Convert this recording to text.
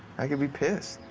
i could be pissed.